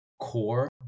core